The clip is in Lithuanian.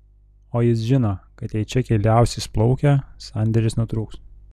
o jis žino kad jei čekiai liausis plaukę sandėris nutrūks